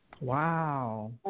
Wow